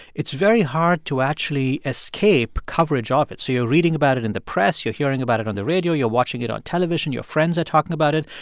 it's very hard to actually escape coverage ah of it. so you're reading about it in the press. you're hearing about it on the radio. you're watching it on television. your friends are talking about it.